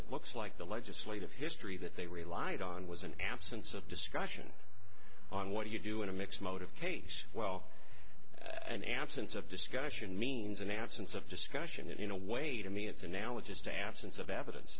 it looks like the legislative history that they relied on was an absence of discussion on what do you do in a mixed mode of case well an absence of discussion means an absence of discussion in a way to me it's a now it's just a absence of evidence